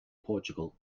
portugal